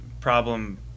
problem